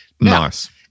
Nice